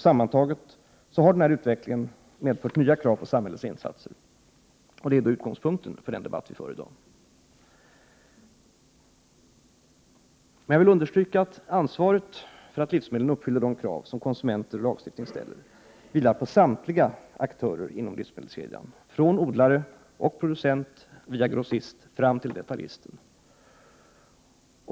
Sammantaget har denna utveckling medfört nya krav på samhällets insatser. Det är utgångspunkten för den debatt vi för i dag. Jag vill understryka att ansvaret för att livsmedlen uppfyller de krav konsumenter och lagstiftning ställer vilar på samtliga aktörer inom livsmedelskedjan, från odlare och producenter via grossister fram till detaljister.